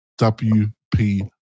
WP